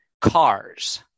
cars